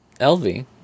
LV